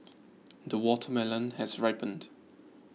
the watermelon has ripened